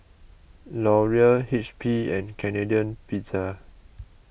Laurier H P and Canadian Pizza